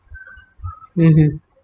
mmhmm